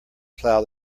plough